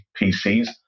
PCs